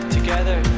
Together